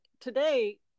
today